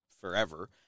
forever